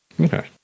Okay